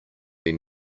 been